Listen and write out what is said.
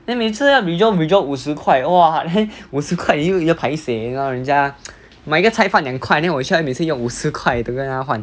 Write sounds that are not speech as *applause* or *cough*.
then 每次要 withdraw withdraw 五十块 !wah! then 五十块也又要 paiseh you know 人家 *noise* 买一个菜饭两块 then 我去那边每次用五十块 to 跟人家换